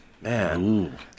man